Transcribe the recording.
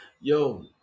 Yo